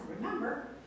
remember